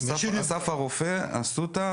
אופיר סופר ואחמד טיבי,